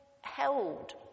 held